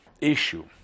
issue